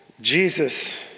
Jesus